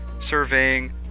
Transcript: surveying